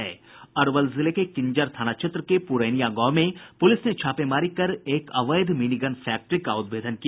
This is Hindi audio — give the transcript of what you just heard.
अरवल जिले के किंजर थाना के पुरैनिया गांव में पुलिस ने छापेमारी कर एक अवैध मिनीगन फैक्ट्री का उद्भेदन किया